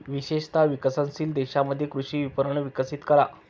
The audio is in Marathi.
विशेषत विकसनशील देशांमध्ये कृषी विपणन विकसित करा